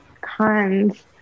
Cons